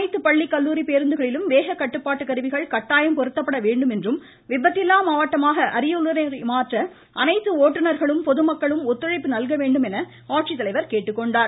அனைத்து பள்ளி கல்லூரி பேருந்துகளில் வேக கட்டுப்பாட்டு கருவிகள் கட்டாயம் பொருத்தப்பட வேண்டும் என்றும் விபத்தில்லா மாவட்டமாக அரியலூரை மாற்ற அனைத்து ஓட்டுநர்களும் பொதுமக்களும் ஒத்துழைப்பு நல்க வேண்டும் என ஆட்சித்தலைவர் கேட்டுக்கொண்டார்